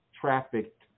trafficked